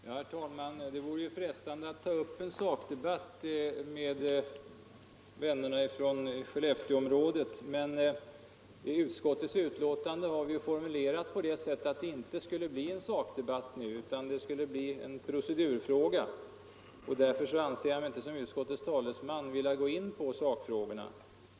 Herr talman! Det kunde vara frestande att ta upp en sakdebatt med vännerna från Skellefteiområdet, men eftersom vi i utskottsbetänkandet har formulerat det så att det inte nu skulle bli någon sakdebatt utan bara en procedurdebatt vill jag inte som utskottets talesman gå in på sakfrågorna.